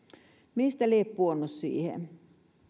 mistä lie pudonnut siihen